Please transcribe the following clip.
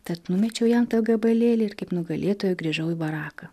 tad numečiau jam gabalėlį ir kaip nugalėtoja grįžau į baraką